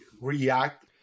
react